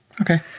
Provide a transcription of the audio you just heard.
Okay